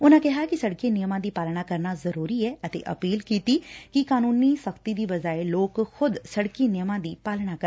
ਉਨੂਂ ਕਿਹਾ ਕਿ ਸੜਕੀ ਨਿਯਮਾਂ ਦੀ ਪਾਲਣਾ ਕਰਨਾ ਜ਼ਰੂਰੀ ਐ ਅਤੇ ਅਪੀਲ ਕੀਤੀ ਕਿ ਕਾਨੂੰਨੀ ਸਖ਼ਤੀ ਦੀ ਬਜਾਏ ਲੋਕ ਖੁਦ ਸੜਕੀ ਨਿਯਮਾਂ ਦੀ ਪਾਲਣਾ ਕਰਨ